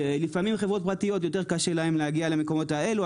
כאשר לפעמים לחברות פרטיות יותר קשה להגיע למקומות האלה.